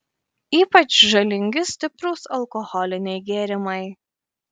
ypač žalingi stiprūs alkoholiniai gėrimai